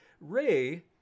Ray